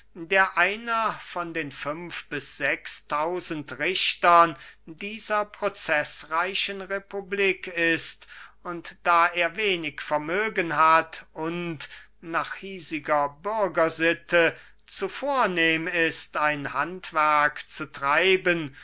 der einer von den fünf bis sechs tausend richtern dieser prozeßreichen republik ist und da er wenig vermögen hat und nach hiesiger bürgersitte zu vornehm ist ein handwerk zu treiben